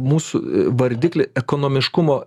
mūsų vardiklį ekonomiškumo